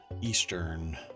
Eastern